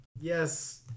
yes